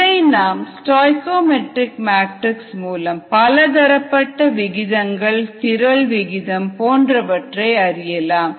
இதை நாம் stoichiometric matrix மூலம் பலதரப்பட்ட விகிதங்கள் திரள் விகிதம் போன்றவற்றை அறியலாம்